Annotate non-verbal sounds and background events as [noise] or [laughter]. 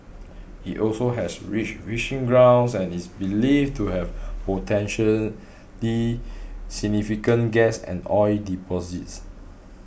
it also has rich [unintelligible] grounds and is believed to have potentially significant gas and oil deposits